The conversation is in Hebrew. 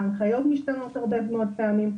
ההנחיות משתנות הרבה מאוד פעמים.